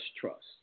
Trust